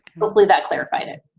hopefully that clarified it.